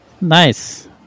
Nice